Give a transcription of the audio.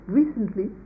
recently